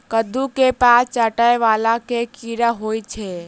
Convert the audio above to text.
कद्दू केँ पात चाटय वला केँ कीड़ा होइ छै?